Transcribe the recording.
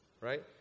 right